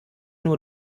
nur